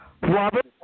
Robert